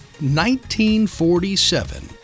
1947